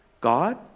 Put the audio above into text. God